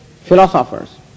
philosophers